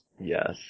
yes